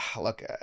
look